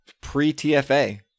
pre-TFA